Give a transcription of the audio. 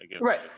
Right